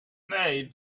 nee